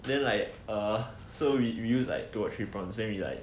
then like err so we use like two or three prawns then we like